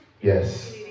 Yes